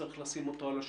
צריך לשים אותו על השולחן.